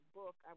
book